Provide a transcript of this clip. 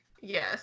Yes